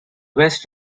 west